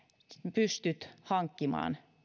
pystyt hankkimaan